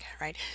right